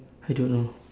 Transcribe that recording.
I don't know